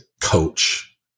coach